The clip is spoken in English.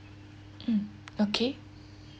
mm okay